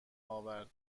آورد